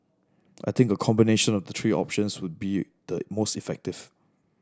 I think a combination of the three options would be the most effective